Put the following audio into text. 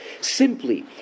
simply